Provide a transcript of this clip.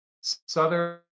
southern